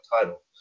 title